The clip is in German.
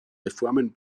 reformen